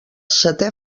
seté